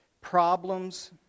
problems